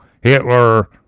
Hitler